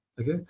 Okay